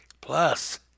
Plus